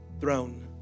throne